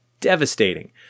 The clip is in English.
devastating